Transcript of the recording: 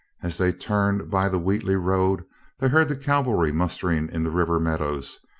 as they turned by the wheatley road they heard the cavalry mustering in the river meadows,